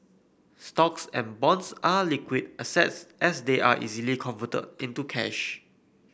stocks and bonds are liquid assets as they are easily converted into cash